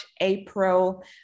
April